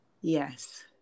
yes